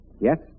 Yes